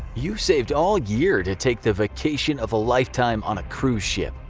you've saved all year to take the vacation of a lifetime on a cruise ship.